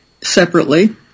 separately